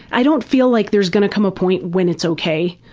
i don't feel like there is gonna come a point when it's ok.